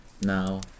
now